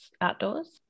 outdoors